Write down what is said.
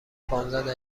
پانزده